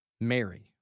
Mary